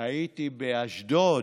הייתי באשדוד,